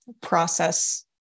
process